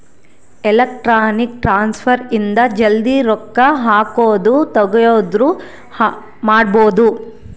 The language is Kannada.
ಎಲೆಕ್ಟ್ರಾನಿಕ್ ಟ್ರಾನ್ಸ್ಫರ್ ಇಂದ ಜಲ್ದೀ ರೊಕ್ಕ ಹಾಕೋದು ತೆಗಿಯೋದು ಮಾಡ್ಬೋದು